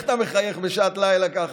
איך אתה מחייך בשעת לילה ככה?